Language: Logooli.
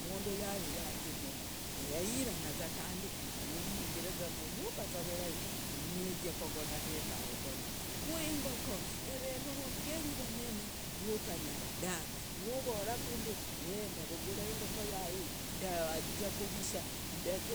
Umundu yari yagimira yahiranaza kande nayingira munyumba kandeza vurahi na nizia kogona hemegona. ku engoko eve novogeri vonene vwutanyara dave. vwovorakunde y ndavugura engoko yaa hiye ndazia kuvisaa,